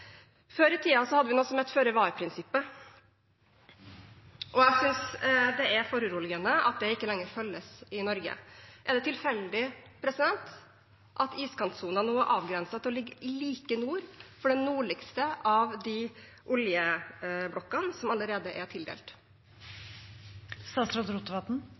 Før i tiden hadde vi noe som het føre-var-prinsippet. Jeg synes det er foruroligende at det ikke lenger følges i Norge. Er det tilfeldig at iskantsonen nå er avgrenset til å ligge like nord for den nordligste av de oljeblokkene som allerede er tildelt?